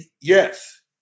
yes